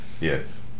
yes